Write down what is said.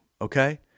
Okay